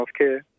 healthcare